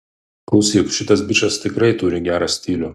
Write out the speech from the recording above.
klausyk šitas bičas tikrai turi gerą stilių